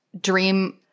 Dream